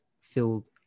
filled